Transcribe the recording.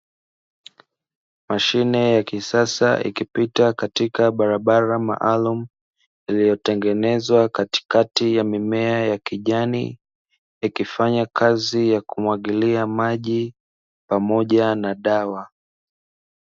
Mashine ya kisasa ikipita katika barabara maalumu. Iliyotengenezwa katikati ya mimiea ya kijani, ikifanya kazi ya kumwagilia maji pamoja na dawa.